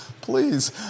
Please